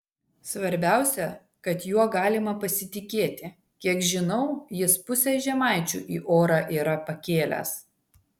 svarbiausia kad juo galima pasitikėti kiek žinau jis pusę žemaičių į orą yra pakėlęs